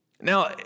Now